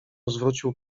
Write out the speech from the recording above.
zwrócił